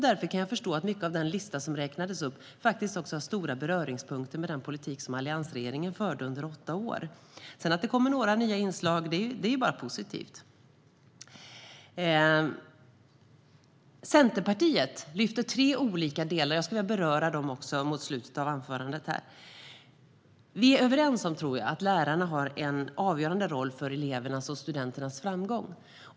Därför kan jag förstå att mycket av den lista som räknades upp har stora beröringspunkter med den politik som alliansregeringen förde under åtta år. Att det sedan kommer några nya inslag är bara positivt. Centerpartiet lyfter upp tre olika delar, och jag skulle vilja beröra dem här mot slutet av mitt anförande. Jag tror att vi är överens om att lärarna har en avgörande roll för elevernas och studenternas framgång.